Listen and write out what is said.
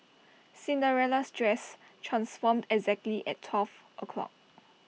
Cinderella's dress transformed exactly at twelve o'clock